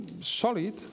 solid